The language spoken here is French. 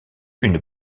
une